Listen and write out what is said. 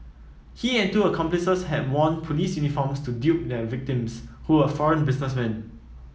he and two accomplices had worn police uniforms to dupe their victims who were foreign businessmen